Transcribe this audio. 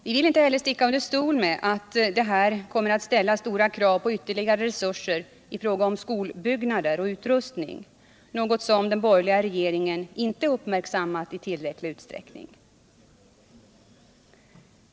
Vi vill inte heller sticka under stol med att det här kommer att ställas krav på ytterligare resurser i fråga om skolbyggnader och utrustning, något som den borgerliga regeringen inte uppmärksammat i tillräcklig utsträckning.